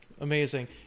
Amazing